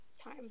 time